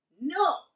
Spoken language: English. no